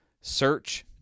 search